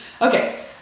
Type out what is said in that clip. Okay